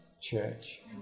church